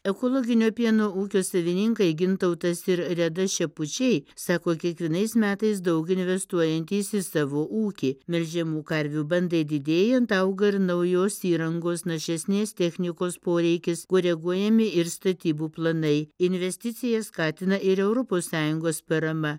ekologinio pieno ūkio savininkai gintautas ir reda šepučiai sako kiekvienais metais daug investuojantys į savo ūkį melžiamų karvių bandai didėjant auga ir naujos įrangos našesnės technikos poreikis koreguojami ir statybų planai investicijas skatina ir europos sąjungos parama